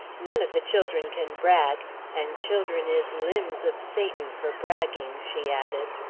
none of the children can brag and children is limbs of satan for bragging, she added.